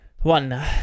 one